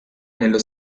nello